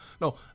No